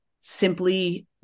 simply